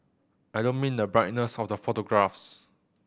I don't mean the brightness of the photographs